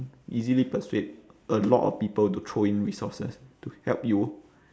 easily persuade a lot of people to throw in resources to help you